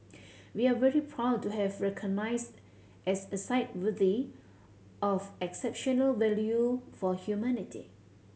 we are very proud to have recognised as a site worthy of exceptional value for humanity